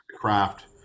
craft